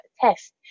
test